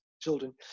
children